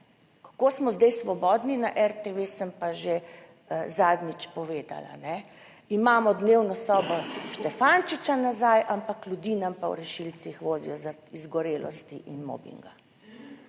Kako smo zdaj svobodni na RTV sem pa že zadnjič povedala. Imamo dnevno sobo Štefančiča nazaj, ampak ljudi nam pa v rešilcih vozijo, zaradi izgorelosti in mobinga.